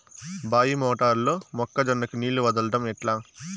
బాయి మోటారు లో మొక్క జొన్నకు నీళ్లు వదలడం ఎట్లా?